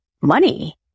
money